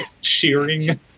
shearing